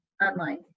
online